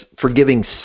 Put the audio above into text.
forgiving